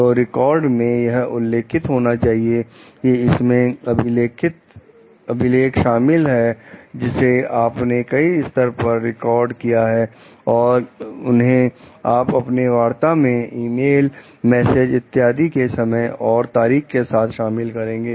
तो रिकॉर्ड में यह उल्लेख होना चाहिए कि इसमें अभिलेख शामिल है जिसे आपने कई स्तर पर रिकॉर्ड किया है और उन्हें आप अपने वार्ता मेंईमेल मैसेज इत्यादि में समय और तारीख के साथ शामिल करेंगे